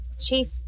Chief